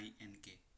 INK